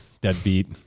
deadbeat